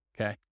Okay